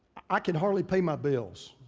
i can hardly pay my bills.